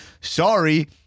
Sorry